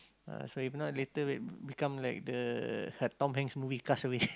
uh so if not later like become like the uh Tom-Hanks movie Cast Away